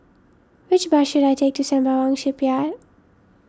which bus should I take to Sembawang Shipyard